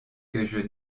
que